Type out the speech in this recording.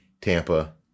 Tampa